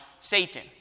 ...Satan